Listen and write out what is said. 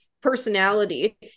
personality